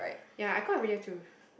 ya caught rally to